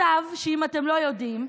מצב, אם אתם לא יודעים,